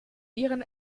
ihren